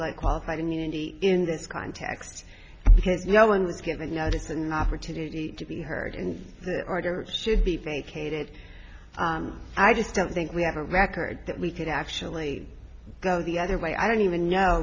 like qualified immunity in this context because no one was given notice an opportunity to be heard in that order should be vacated i just don't think we have a record that we could actually go the other way i don't even know